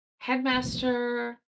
Headmaster